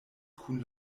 kun